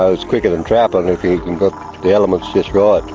ah it's quicker than trapping if you've got the elements just right.